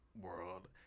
World